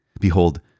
Behold